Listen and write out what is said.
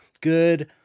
good